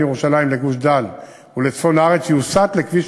ירושלים לגוש-דן ולצפון הארץ יוסט לכביש